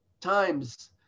times